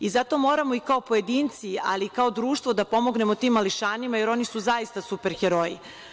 I zato moramo i kao pojedinci ali i kao društvo pomognemo tim mališanima jer oni su zaista super heroji.